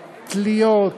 התליות,